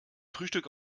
frühstück